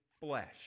flesh